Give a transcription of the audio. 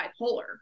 bipolar